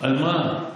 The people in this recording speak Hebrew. על מה?